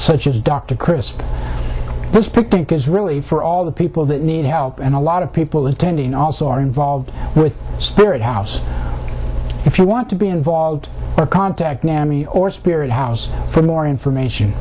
such as dr crisp this pink is really for all the people that need help and a lot of people attending also are involved with spirit house if you want to be involved or contact me or spirit house for more information